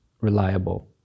reliable